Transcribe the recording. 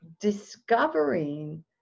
discovering